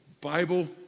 Bible